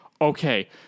Okay